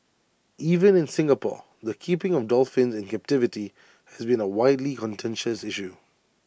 even in Singapore the keeping of dolphins in captivity has been A widely contentious issue